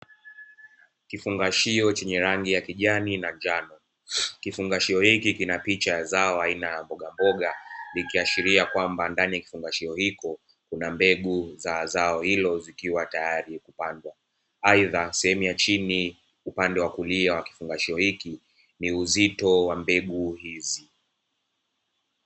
Kifungashio chenye rangi ya kijani na njano, kifungashio hiki kina picha ya zao aina ya mbogamboga, ikiashiria kwamba ndani ya kifungashio hiki kuna mbegu za zao hilo zikiwa tayari kupandwa, aidha sehemu ya chini upande wa kulia wa kifungashio hiki ni uzito wa mbegu hizi.